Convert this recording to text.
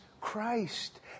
Christ